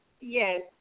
Yes